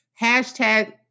Hashtag